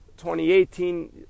2018